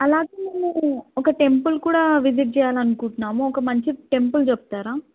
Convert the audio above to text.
అలాగే ఒక టెంపుల్ కూడా విజిట్ చేయాలి అనుకుంటున్నాము ఒక మంచి టెంపుల్ చెప్తారా